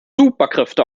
superkräfte